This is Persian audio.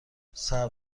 سبز